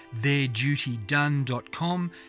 theirdutydone.com